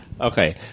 Okay